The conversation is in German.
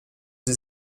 sie